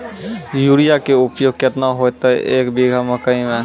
Urea के उपयोग केतना होइतै, एक बीघा मकई मे?